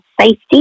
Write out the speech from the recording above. safety